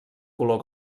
color